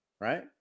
right